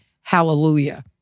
Hallelujah